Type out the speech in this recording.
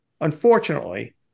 unfortunately